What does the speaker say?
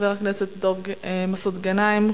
חבר הכנסת מסעוד גנאים,